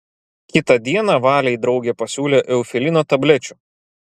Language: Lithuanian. kitą dieną valei draugė pasiūlė eufilino tablečių